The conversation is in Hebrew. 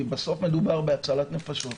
בסוף מדובר בהצלת נפשות,